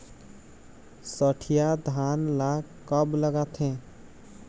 सठिया धान ला कब लगाथें?